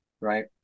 right